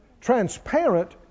transparent